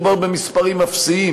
מדובר במספרים אפסיים.